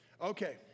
Okay